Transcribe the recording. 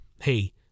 hey